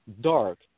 dark